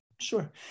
Sure